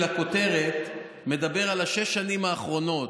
הכותרת מדבר על שש השנים האחרונות,